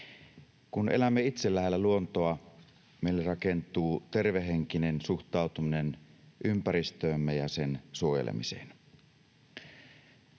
Kun elämme itse lähellä luontoa, meille rakentuu tervehenkinen suhtautuminen ympäristöömme ja sen suojelemiseen.